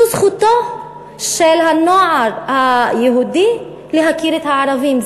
זו זכותו של הנוער היהודי להכיר את הערבים.